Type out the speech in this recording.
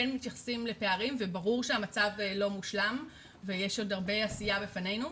מתייחסים לפערים וברור שהמצב לא מושלם ויש עוד הרבה עשיה לפנינו,